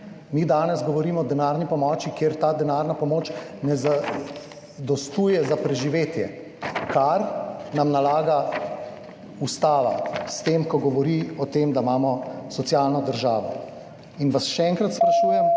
Mi danes govorimo o denarni pomoči, kjer ta denarna pomoč ne zadostuje za preživetje, kar nam nalaga ustava s tem, ko govori o tem, da imamo socialno državo. Še enkrat vas sprašujem: